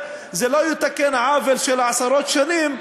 זה לא יתקן עוול של עשרות שנים,